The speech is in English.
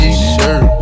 T-shirt